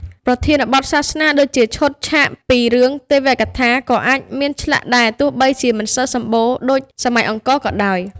ប្រធានបទសាសនាដូចជាឈុតឆាកពី រឿងទេវកថា ក៏អាចមានឆ្លាក់ដែរ ទោះបីជាមិនសូវសម្បូរដូចសម័យអង្គរក៏ដោយ។